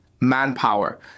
Manpower